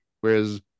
whereas